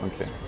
okay